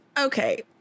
Okay